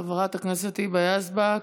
חברת הכנסת היבה יזבק,